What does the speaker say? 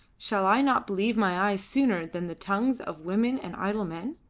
shall i not believe my eyes sooner than the tongues of women and idle men?